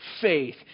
faith